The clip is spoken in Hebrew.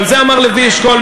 אבל כך אמר לוי אשכול,